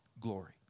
glory